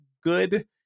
good